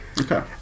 Okay